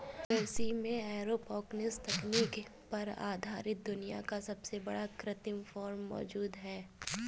New Jersey में aeroponics तकनीक पर आधारित दुनिया का सबसे बड़ा कृत्रिम फार्म मौजूद है